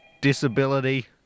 disability